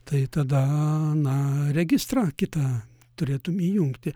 tai tada na registrą kitą turėtum įjungti